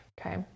okay